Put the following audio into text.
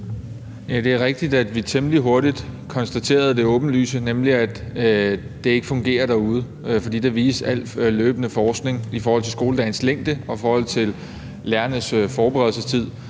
det er rigtigt, at vi temmelig hurtigt konstaterede det åbenlyse, nemlig at det ikke fungerer derude, for det viste al løbende forskning i forhold til skoledagens længde og i forhold til lærernes forberedelsestid.